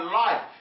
life